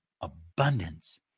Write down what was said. abundance